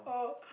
oh